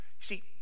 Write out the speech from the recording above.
See